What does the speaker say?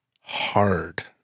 hard